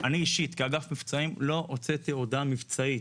אני אישית, כאגף מבצעים לא הוצעתי הודעה מבצעית,